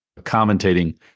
commentating